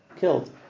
killed